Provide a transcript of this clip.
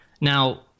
Now